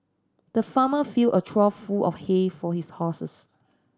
the farmer filled a trough full of hay for his horses